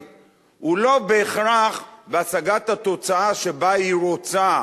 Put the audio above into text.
הוא לא בהכרח בהשגת התוצאה שבה היא רוצה,